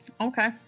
Okay